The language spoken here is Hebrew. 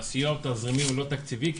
שהסיוע התזרימי הוא לא תקציבי אלא הוא